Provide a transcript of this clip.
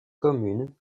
commune